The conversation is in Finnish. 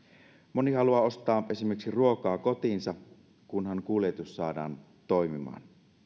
moni haluaa ostaa esimerkiksi ruokaa kotiinsa kunhan kuljetus saadaan toimimaan